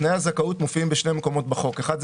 תנאי הזכאות מופיעים בשני מקומות בחוק האחד,